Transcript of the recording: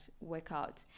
workout